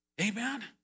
Amen